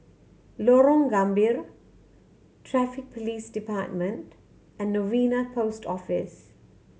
Lorong Gambir Traffic Police Department and Novena Post Office